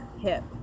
hip